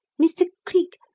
mr. cleek,